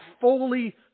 fully